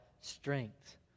strength